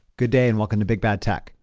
good day, and welcome to big bad tech.